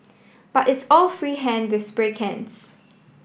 but it's all free hand with spray cans